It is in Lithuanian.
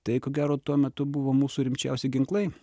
tai kuo gero tuo metu buvo mūsų rimčiausi ginklai